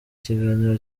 kiganiro